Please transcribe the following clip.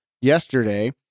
yesterday